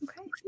Okay